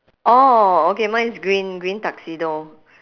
orh okay mine is green green tuxedo